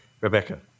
Rebecca